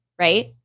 Right